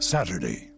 Saturday